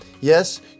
Yes